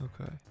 Okay